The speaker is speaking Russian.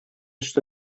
что